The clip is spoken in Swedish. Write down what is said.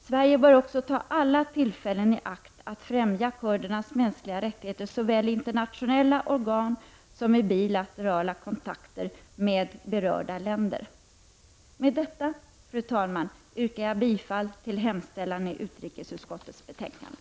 Sverige bör också ta alla tillfällen i akt att främja kurdernas mänskliga rättigheter såväl i internationella organ som i bilaterala kontakter med berörda länder. Med detta, fru talman, yrkar jag bifall till hemställan i utrikesutskottets betänkande.